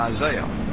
Isaiah